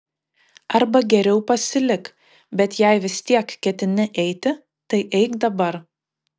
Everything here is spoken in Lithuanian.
arba geriau pasilik bet jei vis tiek ketini eiti tai eik dabar